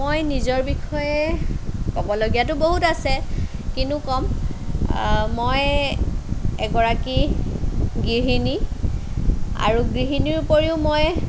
মই নিজৰ বিষয়ে ক'বলগীয়াতো বহুত আছে কিনো কম মই এগৰাকী গৃহিণী আৰু গৃহিণীৰ উপৰিও মই